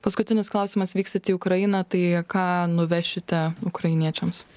paskutinis klausimas vyksit į ukrainą tai ką nuvešite ukrainiečiams